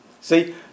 See